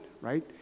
right